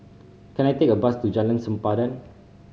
can I take a bus to Jalan Sempadan